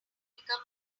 become